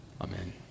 Amen